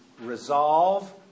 resolve